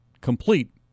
complete